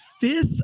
fifth